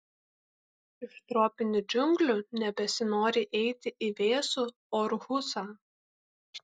iš tropinių džiunglių nebesinori eiti į vėsų orhusą